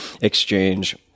exchange